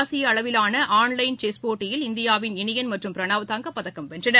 ஆசிய அளவிலான online chess போட்டியில் இந்தியாவின் இனியன் மற்றும் பிரனாவ் தங்கப்பதக்கம் வென்றனர்